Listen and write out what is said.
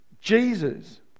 Jesus